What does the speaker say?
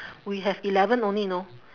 we have eleven only know